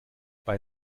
bei